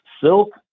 silk